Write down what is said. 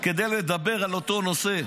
כדי לדבר על אותו נושא.